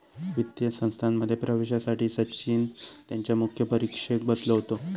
वित्तीय संस्थांमध्ये प्रवेशासाठी सचिन त्यांच्या मुख्य परीक्षेक बसलो होतो